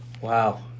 Wow